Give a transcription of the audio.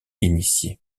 initié